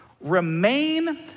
Remain